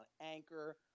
Anchor